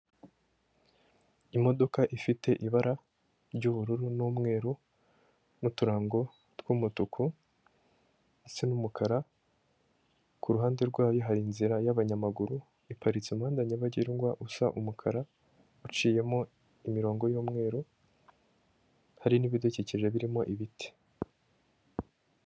Imodoka ifite ibara ry'ubururu n'umweru n'uturango tw'umutuku ndetse n'umukara, ku ruhande rwayo hari inzira y'abanyamaguru, iparitse mu muhanda nyabagendwa usa umukara uciyemo imirongo y'umweru, hari n'ibidukikije birimo ibiti.